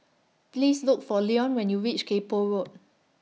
Please Look For Leon when YOU REACH Kay Poh Road